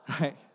Right